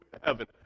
heaven